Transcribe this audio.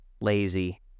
lazy